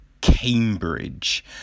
Cambridge